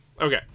okay